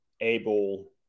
able